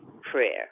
prayer